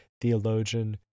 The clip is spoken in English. theologian